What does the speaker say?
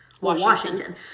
Washington